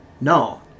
no